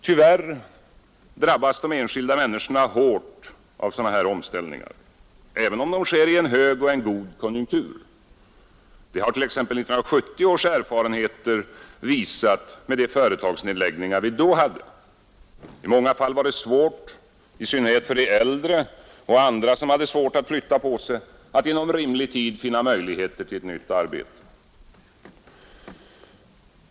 Tyvärr drabbas de enskilda människorna hårt av sådana här omställningar, även om de sker i en hög och god konjunktur. Det har t.ex. erfarenheterna från 1970 visat med de företagsnedläggningar vi då hade. I många fall var det svårt, i synnerhet för de äldre och andra som hade svårt att flytta på sig, att inom rimlig tid finna möjligheter till ett nytt arbete.